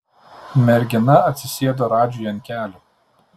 mergina atsisėdo radžiui ant kelių